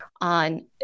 on